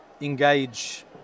Engage